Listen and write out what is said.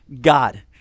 God